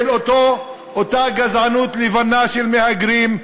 של אותה גזענות לבנה של מהגרים,